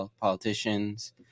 politicians